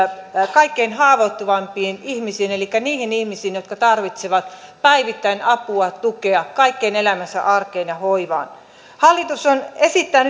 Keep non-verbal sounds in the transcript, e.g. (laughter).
kaikkein haavoittuvimpiin ihmisiin elikkä niihin ihmisiin jotka tarvitsevat päivittäin apua ja tukea kaikkeen elämänsä arkeen ja hoivaan hallitus esittää (unintelligible)